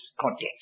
context